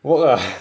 work ah